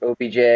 OBJ